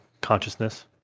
consciousness